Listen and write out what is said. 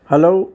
hello